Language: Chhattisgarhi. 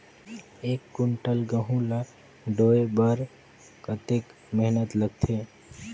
एक कुंटल गहूं ला ढोए बर कतेक मेहनत लगथे?